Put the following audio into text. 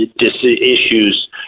issues